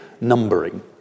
numbering